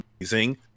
amazing